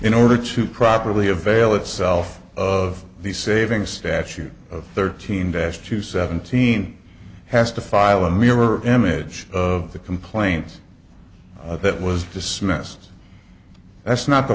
in order to properly avail itself of the saving statute of thirteen dash to seventeen has to file a mirror image of the complaints that was dismissed that's not the